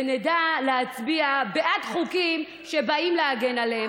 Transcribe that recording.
ונדע להצביע בעד חוקים שבאים להגן עליהם.